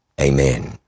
Amen